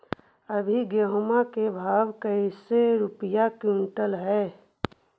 अभी गेहूं के भाव कैसे रूपये क्विंटल हई?